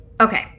Okay